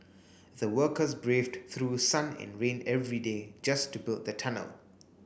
the workers braved through sun and rain every day just to build the tunnel